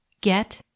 get